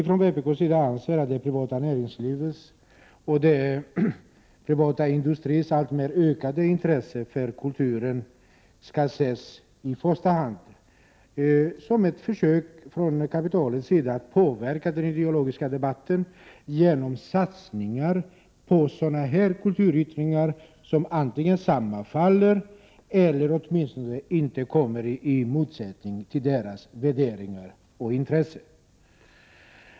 Från vpk:s sida anser vi att det privata näringslivets och den privata industrins alltmer ökade intresse för kulturen skall ses i första hand som ett försök från kapitalets sida att påverka den ideologiska debatten genom satsningar på sådana kulturyttringar som antingen sammanfaller eller åtminstone inte står i strid med dess värderingar och intressen.